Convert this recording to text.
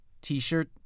T-shirt